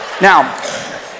Now